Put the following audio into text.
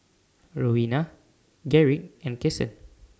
Roena Garrick and Kasen